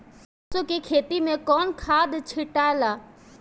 सरसो के खेती मे कौन खाद छिटाला?